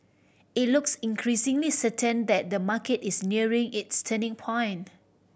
it looks increasingly certain that the market is nearing its turning point